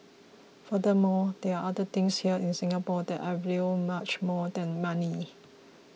furthermore there are other things here in Singapore that I value much more than money